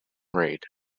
reid